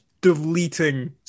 deleting